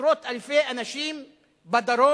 עשרות אלפי אנשים בדרום,